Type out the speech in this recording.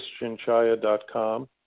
christianchaya.com